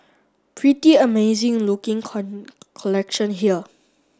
pretty amazing looking collection here